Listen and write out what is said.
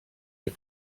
les